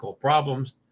problems